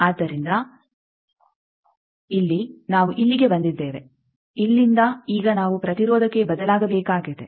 ಆದ್ದರಿಂದ ಇಲ್ಲಿ ನಾವು ಇಲ್ಲಿಗೆ ಬಂದಿದ್ದೇವೆ ಇಲ್ಲಿಂದ ಈಗ ನಾವು ಪ್ರತಿರೋಧಕ್ಕೆ ಬದಲಾಗಬೇಕಾಗಿದೆ